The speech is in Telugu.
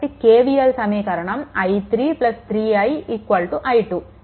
కాబట్టి KVL సమీకరణం i3 3I i2